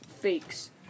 fakes